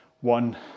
one